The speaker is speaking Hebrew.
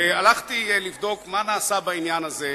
הלכתי לבדוק מה נעשה בעניין הזה,